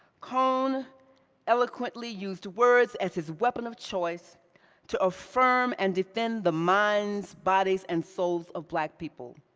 cone eloquently used words as his weapon of choice to affirm and defend the minds, bodies, and souls of black people.